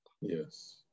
Yes